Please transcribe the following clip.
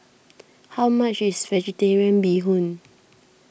how much is Vegetarian Bee Hoon